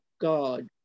God